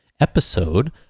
episode